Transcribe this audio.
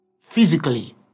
physically